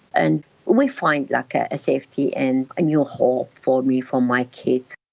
and we find like ah safety and a new hope for me, for my kids.